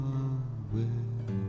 away